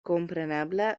kompreneble